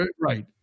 Right